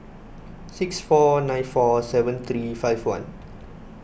six four nine four seven three five one